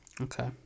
Okay